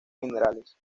minerales